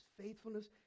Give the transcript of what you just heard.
faithfulness